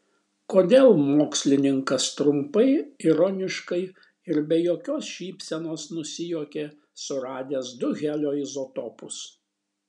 kodėl mokslininkas trumpai ironiškai ir be jokios šypsenos nusijuokė suradęs du helio izotopus